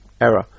error